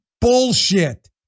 bullshit